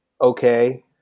okay